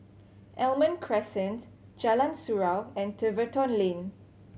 Almond Crescent Jalan Surau and Tiverton Lane